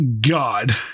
God